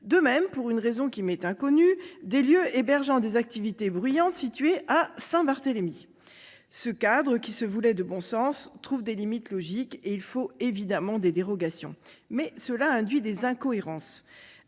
De même, pour une raison qui m'est inconnue, des lieux hébergeant des activités bruyantes situées à Saint-Barthélemy. Ce cadre, qui se voulait de bon sens, trouve des limites logiques et il faut évidemment des dérogations. Mais cela induit des incohérences.